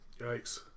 Yikes